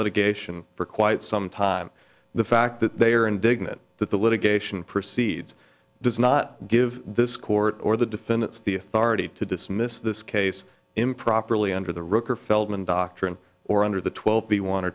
litigation for quite some time the fact that they are indignant that the litigation proceeds does not give this court or the defendants the authority to dismiss this case improperly under the rocker feldman doctrine or under the twelve b one